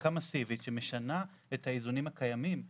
הדבקה מסיבית שמשנה את האיזונים שקיימים במשק,